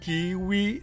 Kiwi